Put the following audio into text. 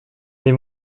les